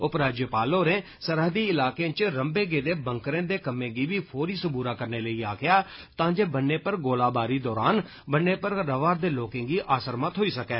उपराज्यपाल होरें सरहदी ईलाकें इच रम्बे गेदे बंकरें दे कम्में गी बी फौरी सवूरा करने लेई आक्खेआ तां जे ब'न्ने पर गोलाबारी दौरान ब'न्ने पर रवा'रदे लोकें गी आसरमा थ्होई सकै